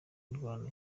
imirwano